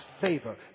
favor